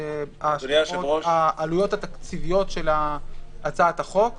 מדובר בעלויות התקציביות של הצעת החוק.